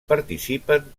participen